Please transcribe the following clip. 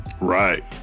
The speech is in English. Right